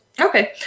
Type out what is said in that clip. okay